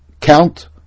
count